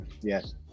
Yes